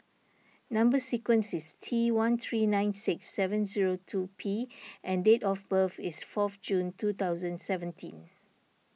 Number Sequence is T one three nine six seven zero two P and date of birth is four June two thousand seventeen